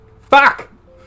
Fuck